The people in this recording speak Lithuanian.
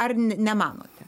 ar ne nemanote